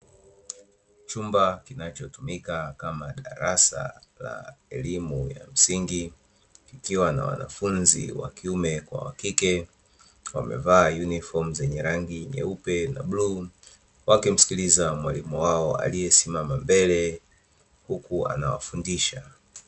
Chumba kinachotumika kama darasa la elimu ya msingi, kikiwa na wanafunzi wakiume kwa wakike. Wamevaa yunifomu zenye rangi nyeupe na bluu, wakimsikiliza mwalimu wao aliyesimama mbele huku anawafundisha.